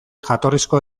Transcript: jatorrizko